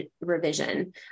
revision